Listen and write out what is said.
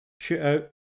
shootout